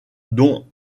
dont